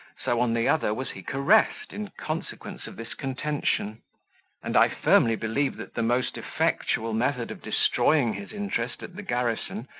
so on the other was he caressed, in consequence of this contention and i firmly believe that the most effectual method of destroying his interest at the garrison,